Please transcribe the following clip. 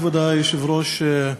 כבוד היושב-ראש, תודה,